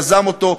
יזם אותו,